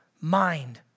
mind